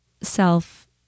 self